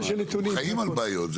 אנחנו חיים על בעיות.